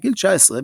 בגיל 19,